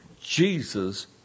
Jesus